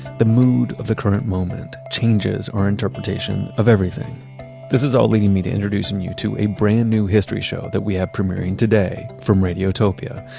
the mood of the current moment changes our interpretation of everything this is all leading me to introducing you to a brand new history show that we have premiering today from radiotopia.